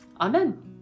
Amen